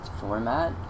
format